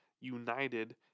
united